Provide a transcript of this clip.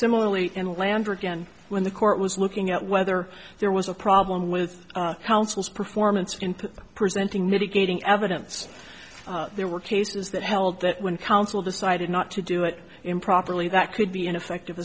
similarly in landrigan when the court was looking at whether there was a problem with counsel's performance in presenting mitigating evidence there were cases that held that when counsel decided not to do it improperly that could be ineffective